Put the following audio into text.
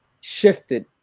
shifted